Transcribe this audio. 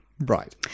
Right